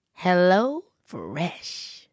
HelloFresh